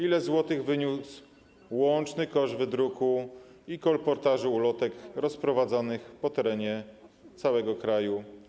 Ile złotych wyniósł łączny koszt wydruku i kolportażu ulotek rozprowadzanych na terenie całego kraju?